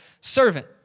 servant